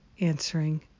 answering